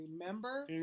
remember